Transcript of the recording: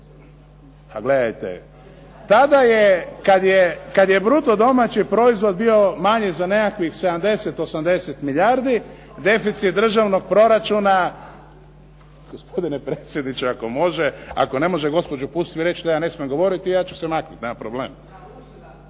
razumije./… Tada je kad je bruto domaći proizvod bio manji za nekih 70, 80 milijardi deficit državnog proračuna… … /Upadica se ne razumije./… Gospodine predsjedniče, ako može, ako ne može, gospođa Pusić mi reći da ja ne smijem govorit ja ću se maknuti, nema problema.